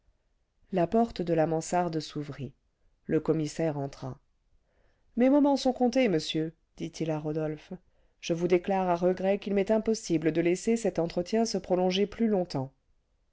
la porte de la mansarde s'ouvrit le commissaire entra mes moments sont comptés monsieur dit-il à rodolphe je vous déclare à regret qu'il m'est impossible de laisser cet entretien se prolonger plus longtemps